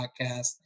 podcast